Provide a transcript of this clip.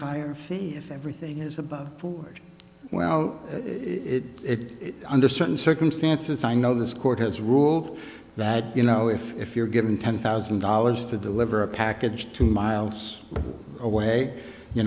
fee if everything is above board well it under certain circumstances i know this court has ruled that you know if if you're given ten thousand dollars to deliver a package two miles away you